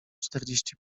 czterdzieści